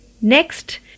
Next